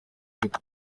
gute